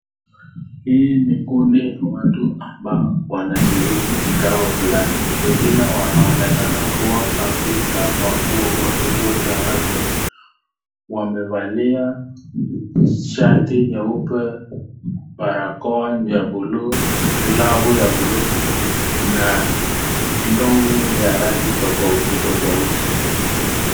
Hii ni kundi la watu ambao wanashiriki kikao fulani wengine wanaonekana kua ni afisa wakuu wa kituo cha afya wamevalia shati nyeupe, barakoa ya buluu, glavu ya buluu na long'i ya rangi tofauti.